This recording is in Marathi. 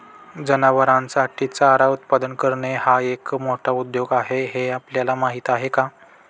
जनावरांसाठी चारा उत्पादन करणे हा एक मोठा उद्योग आहे हे आपल्याला माहीत आहे का?